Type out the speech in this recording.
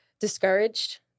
discouraged